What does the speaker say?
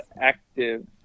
Active